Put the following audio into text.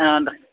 ಹಾಂ ರೀ